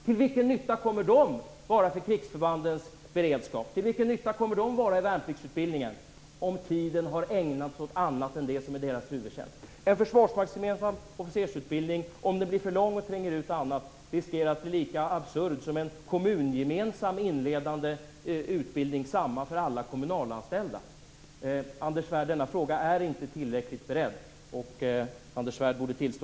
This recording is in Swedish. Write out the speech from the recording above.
Till vilken nytta kommer de att vara för krigsförbandens beredskap och till vilken nytta kommer de att vara i värnpliktsutbildningen om tiden har ägnats åt annat än det som är deras huvudtjänst? En försvarsmaktsgemensam officersutbildning som blir för lång och tränger ut annat riskerar att bli lika absurd som en kommungemensam inledande utbildning, samma för alla kommunalanställda. Anders Svärd, denna fråga är inte tillräckligt beredd och detta borde Anders Svärd tillstå!